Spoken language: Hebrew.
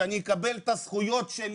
שאני אקבל את הזכויות שלי,